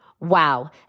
Wow